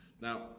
Now